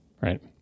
right